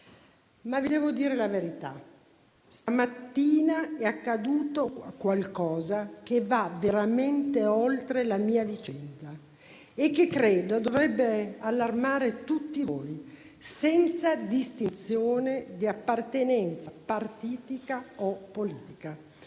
devo, però, dire la verità: stamattina è accaduto qualcosa che va veramente oltre la mia vicenda e che credo dovrebbe allarmare tutti voi, senza distinzione di appartenenza partitica o politica.